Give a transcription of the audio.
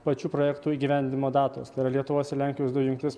pačių projektų įgyvendinimo datos tai yra lietuvos ir lenkijos dujų jungtis